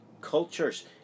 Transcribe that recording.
cultures